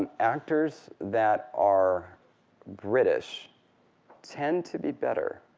and actors that are british tend to be better.